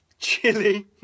Chili